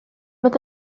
with